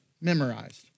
memorized